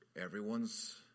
Everyone's